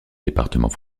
département